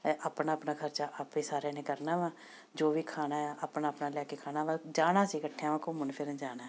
ਅ ਆਪਣਾ ਆਪਣਾ ਖਰਚਾ ਆਪੇ ਸਾਰਿਆਂ ਨੇ ਕਰਨਾ ਵਾ ਜੋ ਵੀ ਖਾਣਾ ਹੈ ਆਪਣਾ ਆਪਣਾ ਲੈ ਕੇ ਖਾਣਾ ਵਾ ਜਾਣਾ ਅਸੀਂ ਇਕੱਠਿਆਂ ਵਾ ਘੁੰਮਣ ਫਿਰਨ ਜਾਣਾ